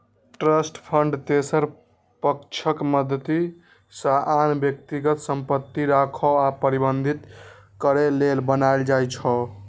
trust fund तेसर पक्षक मदति सं आन व्यक्तिक संपत्ति राखै आ प्रबंधित करै लेल बनाएल जाइ छै